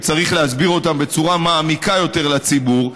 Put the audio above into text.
וצריך להסביר אותם בצורה מעמיקה יותר לציבור.